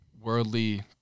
worldly